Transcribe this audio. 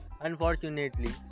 Unfortunately